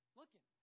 looking